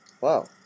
Wow